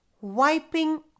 wiping